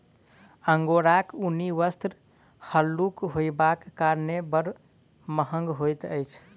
अंगोराक ऊनी वस्त्र हल्लुक होयबाक कारणेँ बड़ महग होइत अछि